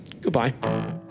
goodbye